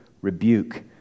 rebuke